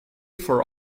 for